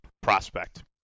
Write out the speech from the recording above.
prospect